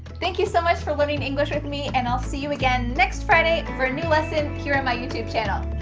thank you so much for learning english with me, and i'll see you again next friday for a new lesson here on my youtube channel.